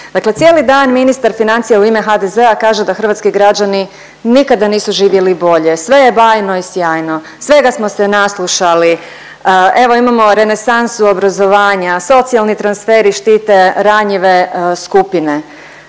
cijeli dan ministar financija u ime HDZ-a kaže da hrvatski građani nikada nisu živjeli bolje, sve je bajno i sjajno, svega smo se naslušali, evo imamo renesansu obrazovanja, socijalni transferi štite ranjive skupine,